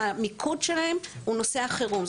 והמיקוד שלהם הוא נושא החירום.